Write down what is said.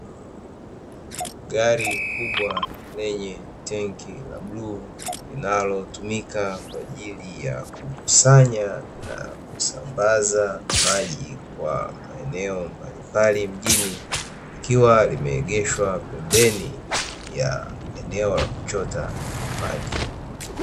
Gari kubwa lenye tenki la bluu linalotumika kwajili ya kukusanya na kusambaza maji kwa maeneo mbalimbali mjini likiwa limeegeshwa pembeni ya eneo la kuchota maji.